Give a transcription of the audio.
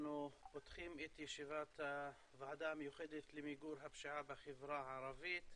אנחנו פותחים את ישיבת הוועדה המיוחדת למיגור הפשיעה בחברה הערבית.